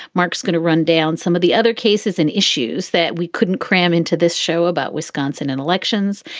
mark's going to run down some of the other cases and issues that we couldn't cram into this show about wisconsin and elections.